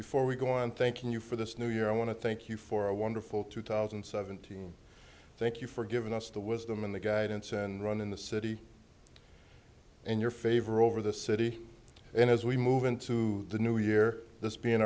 before we go and thanking you for this new year i want to thank you for a wonderful two thousand and seventeen thank you for giving us the wisdom and the guidance and run in the city in your favor over the city and as we move into the new year this being